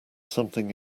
something